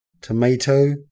tomato